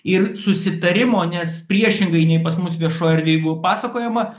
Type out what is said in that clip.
ir susitarimo nes priešingai nei pas mus viešoj erdvėj buvo pasakojama